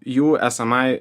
jų esamai